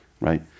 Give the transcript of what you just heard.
right